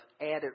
added